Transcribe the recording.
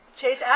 chase